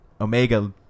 Omega